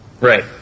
Right